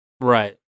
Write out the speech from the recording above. Right